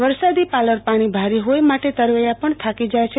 વરસાદી પાલર પાણી ભારી હોય માટે તરવૈયા પણ થાકી જાય છે